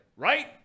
right